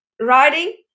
writing